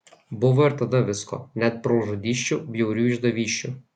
buvo ir tada visko net brolžudysčių bjaurių išdavysčių